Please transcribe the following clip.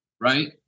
right